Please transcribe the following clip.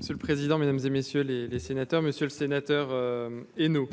C'est le président, mesdames et messieurs les les sénateurs, monsieur. Sénateurs et nous.